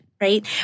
right